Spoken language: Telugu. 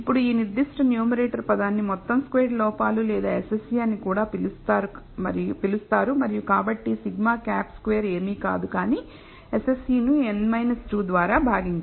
ఇప్పుడు ఈ నిర్దిష్ట న్యూమరేటర్ పదాన్ని మొత్తం స్క్వేర్డ్ లోపాలు లేదా SSE అని కూడా పిలుస్తారు మరియు కాబట్టి σ̂ 2 ఏమీ కాదు కానీ SSE ను n 2 ద్వారా భాగించారు